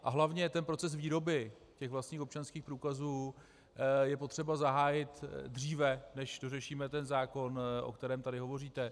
A hlavně ten proces výroby vlastních občanských průkazů je potřeba zahájit dříve, než dořešíme zákon, o kterém tady hovoříte.